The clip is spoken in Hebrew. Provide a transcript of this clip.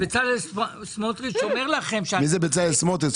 בצלאל סמוטריץ' אומר לכם --- מי זה בצלאל סמוטריץ'?